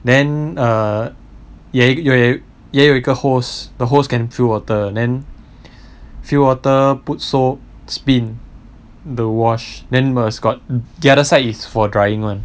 then err 也有也有一个 hose the hose can fuel water then fill water put soap spin the wash then must got the other side is for drying [one]